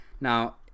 Now